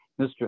Mr